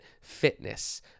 fitness